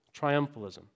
triumphalism